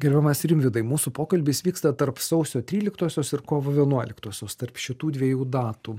gerbiamas rimvydai mūsų pokalbis vyksta tarp sausio tryliktosios ir kovo vienuoliktosios tarp šitų dviejų datų